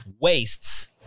wastes